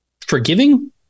forgiving